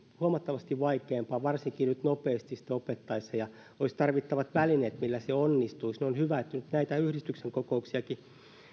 huomattavasti vaikeampaa varsinkin nyt nopeasti opettaa se ja pitäisi olla tarvittavat välineet millä se onnistuisi siksi on hyvä että nyt näitä yhdistyksien kokouksiakin